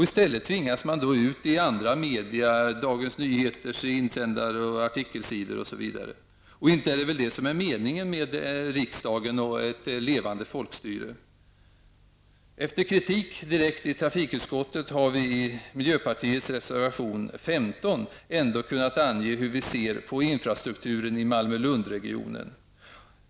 I stället tvingas man ut i andra media, Dagens Nyheters insändar och artikelsidor osv. Inte är väl detta meningen med riksdagen och en levande folkstyrelse? Efter kritik i trafikutskottet har vi i miljöpartiets reservation 15 ändå kunnat ange hur vi ser på infrastrukturen i Malmö--Lund-regionen.